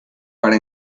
para